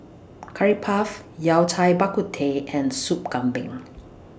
Curry Puff Yao Cai Bak Kut Teh and Sop Kambing